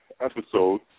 episode